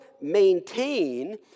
maintain